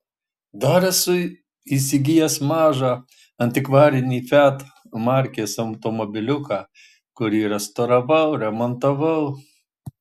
dar esu įsigijęs mažą antikvarinį fiat markės automobiliuką kurį restauravau remontavau